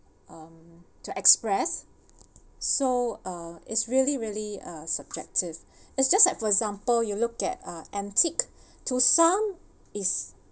um to express so uh it's really really a subjective it's just like for example you look at uh antique to some it's